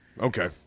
okay